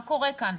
מה קורה כאן?